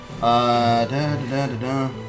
da-da-da-da-da